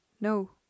No